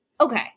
Okay